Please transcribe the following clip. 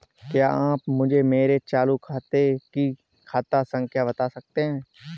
क्या आप मुझे मेरे चालू खाते की खाता संख्या बता सकते हैं?